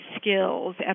skills